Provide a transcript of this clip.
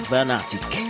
Fanatic